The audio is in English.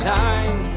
time